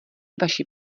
vaši